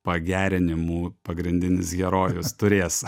pagerinimų pagrindinis herojus turės